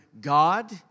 God